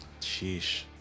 Sheesh